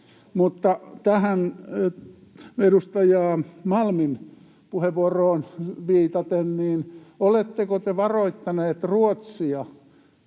tähän edustajaa Malmin puheenvuoroon viitaten, oletteko te varoittaneet Ruotsia